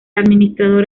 administrador